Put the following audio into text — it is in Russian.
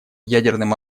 ядерным